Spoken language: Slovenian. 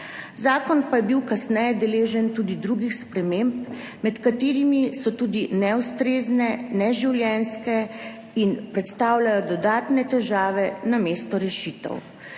Zakon pa je bil kasneje deležen tudi drugih sprememb, med katerimi so tudi neustrezne, neživljenjske in predstavljajo dodatne težave namesto rešitev.